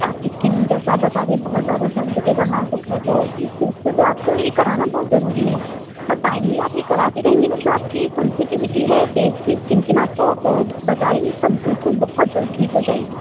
آپ کی اسکن جیسے آپ بتا رہی ہیں بہت زیادہ سینسیٹیو اور نازک ہے تو اس اس سے تو آپ کو یہ کرانا بہت ضروری ہے اور ٹائملی آپ یہ کراتی رہیں گی نہ جو آپ کی سینسٹیویٹی ہے فیس کی اسکن کی میں آپ کو بتا رہی ہوں یہ سب بالکل بہت جلد ٹھیک ہو جائے گی